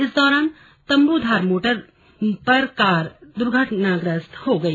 इस दौरान तंब्रधार मोड़ पर कार दुर्घटनाग्रस्त हो गई